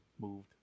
moved